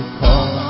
call